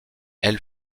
elle